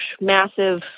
massive